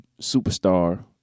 superstar